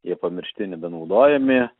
jie pamiršti nebenaudojami